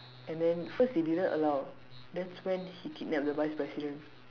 and then first they didn't allow that's when he kidnap the vice president